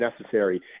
necessary